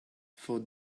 for